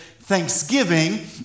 thanksgiving